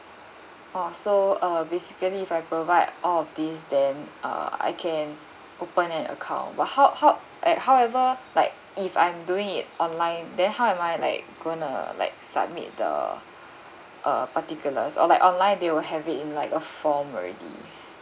ah so uh basically if I provide all of these then uh I can open an account but how how at however like if I'm doing it online then how am I like gonna like submit the uh particulars or like online they will have it in like a form already